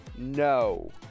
No